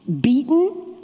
beaten